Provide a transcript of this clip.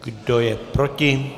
Kdo je proti?